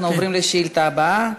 אנחנו עוברים לשאילתה הבאה,